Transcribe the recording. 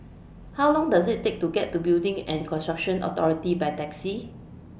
How Long Does IT Take to get to Building and Construction Authority By Taxi